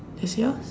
is yours